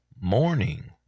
morning